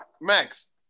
Max